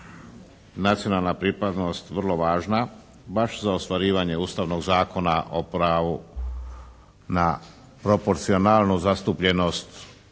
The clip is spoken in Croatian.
nacionalna pripadnost vrlo važna baš za ostvarivanje Ustavnog Zakona o pravu na proporcionalnu zastupljenost u